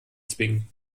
zwingen